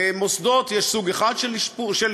במוסדות יש סוג אחד של סיוע,